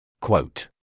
Quote